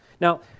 Now